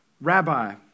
Rabbi